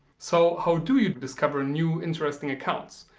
so how do you discover new interesting accounts?